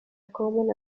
common